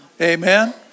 Amen